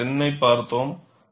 மற்றும் SEN ஐப் பார்த்தோம்